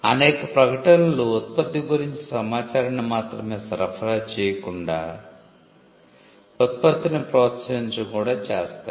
అనేక ప్రకటనలు ఉత్పత్తి గురించి సమాచారాన్ని మాత్రమే సరఫరా చేయకుండా ఉత్పత్తిని ప్రోత్సహించడం కూడా చేస్తాయి